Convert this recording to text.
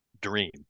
dream